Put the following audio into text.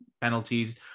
penalties